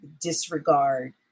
disregard